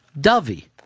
Dovey